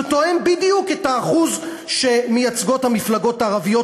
שתואם בדיוק את האחוז שמייצגות המפלגות הערביות,